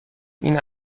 این